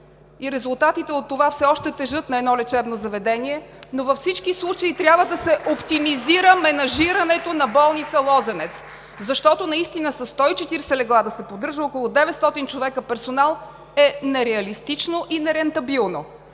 и резултатите от това все още тежат на едно лечебно заведение (ръкопляскания от ГЕРБ), но във всички случаи трябва да се оптимизира менажирането на болница „Лозенец“, защото наистина със 140 легла да се поддържа около 900 човека персонал е нереалистично и нерентабилно.